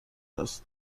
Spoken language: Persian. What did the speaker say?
است